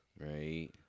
Right